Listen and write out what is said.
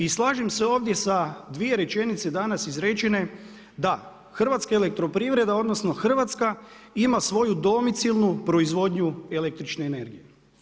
I slažem se ovdje sa dvije rečenice danas izrečene da Hrvatska elektroprivreda, odnosno Hrvatska ima svoju domicilnu proizvodnju električne energije.